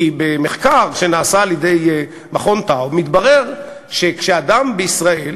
כי במחקר שנעשה על-ידי מרכז טאוב מתברר שכשאדם בישראל,